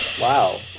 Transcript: Wow